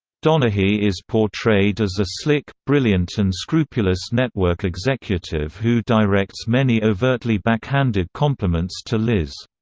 donaghy is portrayed as a slick, brilliant and scrupulous network executive who directs many overtly backhanded compliments to liz.